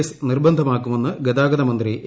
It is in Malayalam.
എസ് നിർബന്ധമാക്കുമെന്ന് ഗതാഗതമന്ത്രി എ